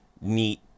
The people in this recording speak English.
neat